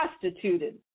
prostituted